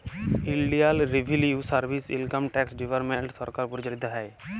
ইলডিয়াল revenue service, income tax department সরকার পরিচালিত হ্যয়